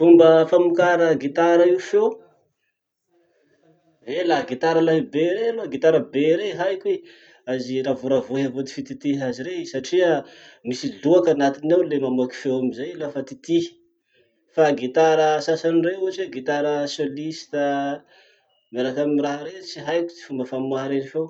Fomba famokara gitara io feo, eh laha gitara lahibe rey aloha, gitara be rey haiko i, azy ravoravohy avao ty fititiha azy rey satria misy loaky anaty ao le mamoaky feo amizay lafa titihy. Fa gitara sasany reo ohatsy heo gitara soliste miaraky amy raha rey, tsy haiko ty fomba famoaha rey feo.